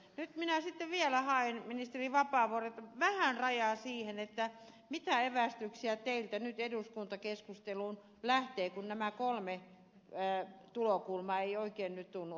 nyt minä sitten vielä haen ministeri vapaavuorelta vähän rajaa siihen mitä evästyksiä teiltä nyt eduskuntakeskusteluun lähtee kun nämä kolme tulokulmaa ei oikein nyt tunnu ottavan tulta